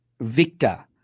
Victor